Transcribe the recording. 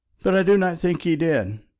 but i do not think he did.